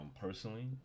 Personally